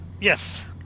Yes